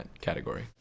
category